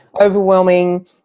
overwhelming